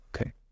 Okay